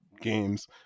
games